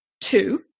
two